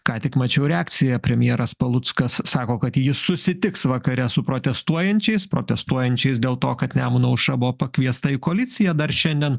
ką tik mačiau reakciją premjeras paluckas sako kad jis susitiks vakare su protestuojančiais protestuojančiais dėl to kad nemuno aušra buvo pakviesta į koaliciją dar šiandien